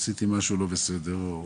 עשיתי משהו לא בסדר או